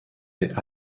est